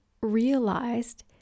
realized